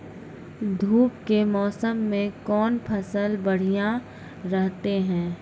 धूप के मौसम मे कौन फसल बढ़िया रहतै हैं?